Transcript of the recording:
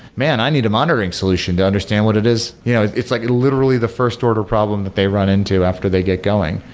man, i need a monitoring solution to understand what it is. you know it's like literally the first-order problem they run into after they get going.